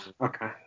Okay